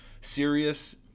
serious